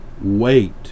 wait